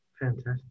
fantastic